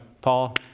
Paul